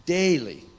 daily